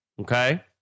Okay